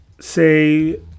say